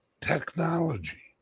technology